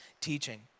teaching